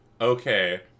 Okay